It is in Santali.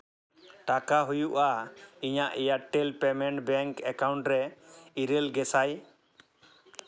ᱴᱟᱠᱟ ᱦᱩᱭᱩᱜᱼᱟ ᱤᱧᱟᱹᱜ ᱮᱭᱟᱨᱴᱮᱞ ᱯᱮᱢᱮᱱᱴ ᱵᱮᱝᱠ ᱮᱠᱟᱣᱩᱱᱴ ᱨᱮ ᱤᱨᱟᱹᱞ ᱜᱮᱥᱟᱭ